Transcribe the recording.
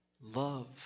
love